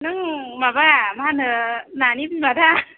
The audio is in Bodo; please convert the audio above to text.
नों माबा मा होनो नानि बिमा दा